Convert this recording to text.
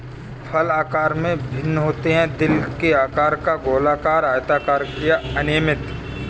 फल आकार में भिन्न होते हैं, दिल के आकार का, गोलाकार, आयताकार या अनियमित